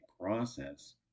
process